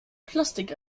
plastik